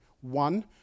One